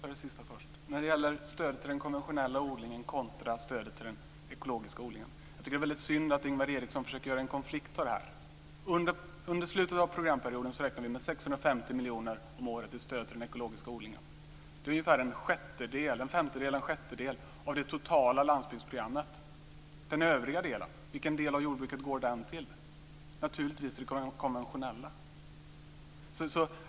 Fru talman! Jag tar upp det sista först, stödet till den konventionella odlingen kontra stödet till den ekologiska odlingen. Jag tycker att det är mycket synd att Ingvar Eriksson försöker göra en konflikt av det. Under slutet av programperioden räknar vi med 650 miljoner om året i stöd till den ekologiska odlingen. Det är ungefär en femtedel eller en sjättedel av det totala landsbygdsprogrammet. Den övriga delen, vilken del av jordbruket går den till? Naturligtvis till det konventionella.